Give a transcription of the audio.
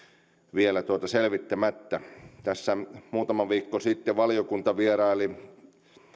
vielä selvittämättä tässä muutama viikko sitten valiokunta vieraili